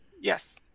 Yes